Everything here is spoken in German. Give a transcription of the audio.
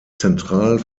zentral